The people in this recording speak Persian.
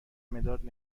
مداد